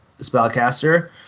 spellcaster